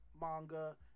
manga